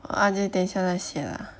ah the 等一下才写 lah